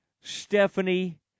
Stephanie